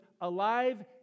alive